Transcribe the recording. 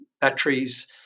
batteries